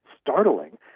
startling